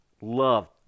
love